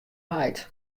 heit